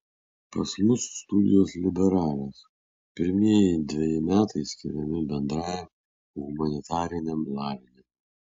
pas mus studijos liberalios pirmieji dveji metai skiriami bendrajam humanitariniam lavinimui